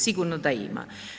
Sigurno da ima.